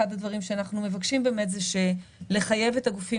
אחד הדברים שאנחנו מבקשים באמת זה לחייב את הגופים